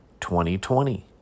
2020